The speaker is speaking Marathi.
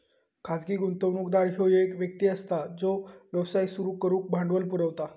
खाजगी गुंतवणूकदार ह्यो एक व्यक्ती असता जो व्यवसाय सुरू करुक भांडवल पुरवता